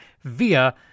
via